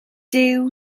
duw